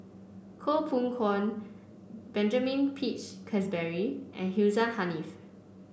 Koh Poh Koon Benjamin Peach Keasberry and Hussein Haniff